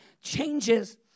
changes